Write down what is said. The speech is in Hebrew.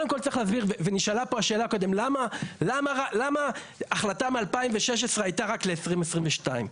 נשאלה כאן קודם שאלה למה החלטה מ-2016 הייתה רק ל-2022.